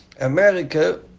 America